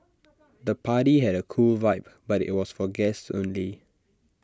the party had A cool vibe but IT was for guests only